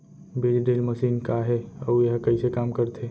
बीज drill machine का हे अऊ एहा कइसे काम करथे?